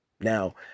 Now